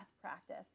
practice